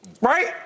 Right